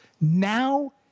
Now